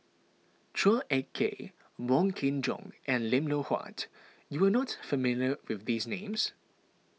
Chua Ek Kay Wong Kin Jong and Lim Loh Huat you are not familiar with these names